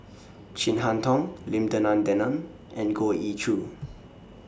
Chin Harn Tong Lim Denan Denon and Goh Ee Choo